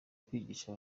kwigisha